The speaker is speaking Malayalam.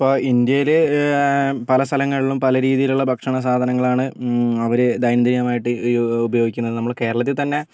ഇപ്പോൾ ഇന്ത്യയിലെ ആ പല സ്ഥലങ്ങളിലും പല രീതിയിലുള്ള ഭക്ഷണസാധനങ്ങളാണ് അവർ ദൈനം ദിനമായിട്ട് ഉപയോഗിക്കുന്നത് നമ്മളുടെ കേരളത്തിൽ തന്നെ